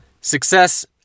Success